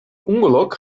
ûngelok